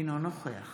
אינו נוכח